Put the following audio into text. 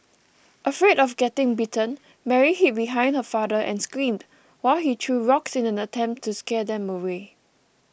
afraid of getting bitten Mary hid behind her father and screamed while he threw rocks in an attempt to scare them away